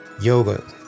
Yoga